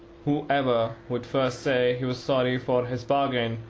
whoever would first say he was sorry for his bargain,